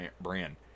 brand